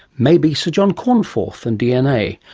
maybe sir john cornforth and dna.